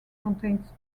contains